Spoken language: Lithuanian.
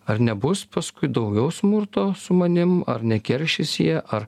ar nebus paskui daugiau smurto su manim ar nekeršys jie ar